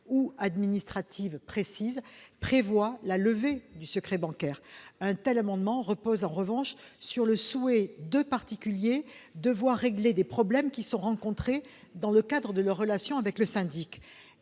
ou administratives précises prévoient la levée du secret bancaire. Un tel amendement repose, en revanche, sur le souhait de particuliers que des problèmes rencontrés dans le cadre de leurs relations avec le syndic